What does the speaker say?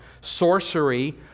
Sorcery